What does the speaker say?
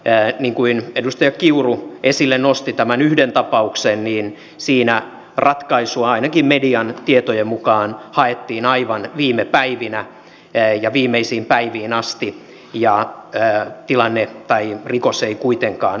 niin kuin edustaja kiuru nosti esille tämän yhden tapauksen siinä ratkaisua ainakin median tietojen mukaan haettiin aivan viimeisiin päiviin asti ja rikos ei kuitenkaan ratkennut